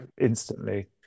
instantly